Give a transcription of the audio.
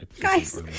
Guys